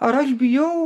ar aš bijau